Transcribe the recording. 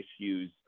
issues